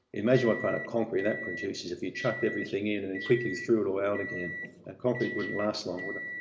imagine what kind of concrete that produces, if you chucked everything in, and then quickly threw it all out again. that ah concrete wouldn't last long, would it?